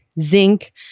zinc